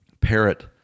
parrot